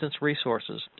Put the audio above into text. resources